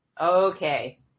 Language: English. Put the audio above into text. Okay